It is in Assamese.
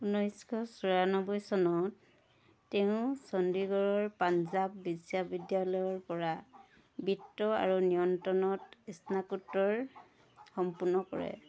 ঊনৈছশ চৌৰানব্বৈ চনত তেওঁ চণ্ডিগড়ৰ পাঞ্জাৱ বিশ্ববিদ্যালয়ৰ পৰা বিত্ত আৰু নিয়ন্ত্ৰণত স্নাকোত্তৰ সম্পূৰ্ণ কৰে